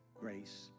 grace